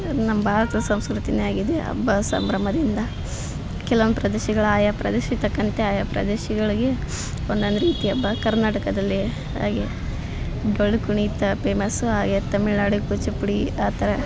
ನಮ್ಮ ಭಾರತದ ಸಂಸ್ಕೃತಿಯೇ ಆಗಿದೆ ಹಬ್ಬ ಸಂಭ್ರಮದಿಂದ ಕೆಲ್ವೊಂದು ಪ್ರದೇಶಗಳು ಆಯಾ ಪ್ರದೇಶಕ್ಕೆ ತಕ್ಕಂತೆ ಆಯಾ ಪ್ರದೇಶಗಳಿಗೆ ಒಂದೊಂದು ರೀತಿ ಹಬ್ಬ ಕರ್ನಾಟಕದಲ್ಲಿ ಹಾಗೆ ಡೊಳ್ಳು ಕುಣಿತ ಪೇಮಸ್ಸು ಹಾಗೆ ತಮಿಳ್ನಾಡು ಕೂಚುಪುಡಿ ಆ ಥರ